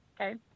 okay